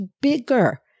bigger